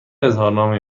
اظهارنامه